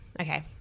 Okay